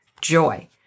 joy